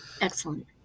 Excellent